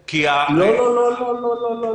לא, לא.